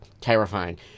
terrifying